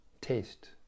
taste